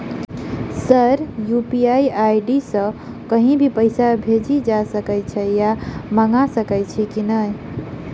Sir UPI ID सँ कहि भी पैसा भेजि सकै या मंगा सकै छी की न ई?